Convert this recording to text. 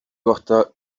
kohta